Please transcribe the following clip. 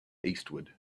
eastward